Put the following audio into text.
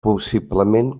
possiblement